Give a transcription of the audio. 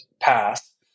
pass